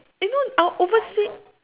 you know our oversea